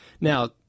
Now